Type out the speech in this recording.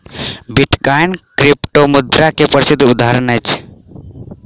bitcoin क्रिप्टोमुद्रा के प्रसिद्ध उदहारण अछि